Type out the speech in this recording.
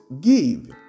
give